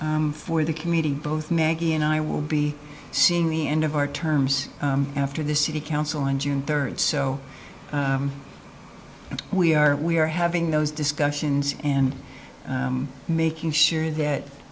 for the community both maggie and i will be seeing the end of our terms after the city council on june third so we are we are having those discussions and making sure that